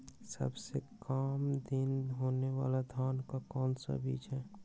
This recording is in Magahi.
सबसे काम दिन होने वाला धान का कौन सा बीज हैँ?